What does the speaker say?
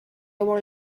were